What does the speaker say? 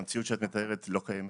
המציאות שאת מתארת לא קיימת.